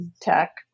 tech